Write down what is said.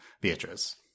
Beatrice